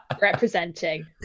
representing